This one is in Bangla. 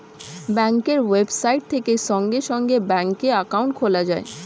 ব্যাঙ্কের ওয়েবসাইট থেকে সঙ্গে সঙ্গে ব্যাঙ্কে অ্যাকাউন্ট খোলা যায়